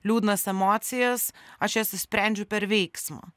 liūdnas emocijas aš jas išsprendžiu per veiksmą